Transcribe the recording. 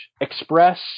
express